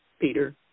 Peter